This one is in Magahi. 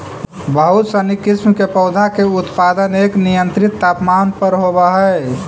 बहुत सनी किस्म के पौधा के उत्पादन एक नियंत्रित तापमान पर होवऽ हइ